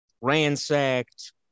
ransacked